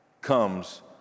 comes